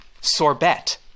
Sorbet